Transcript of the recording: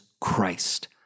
Christ